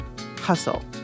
Hustle